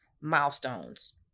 milestones